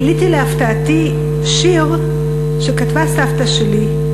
גיליתי להפתעתי שיר שכתבה סבתא שלי,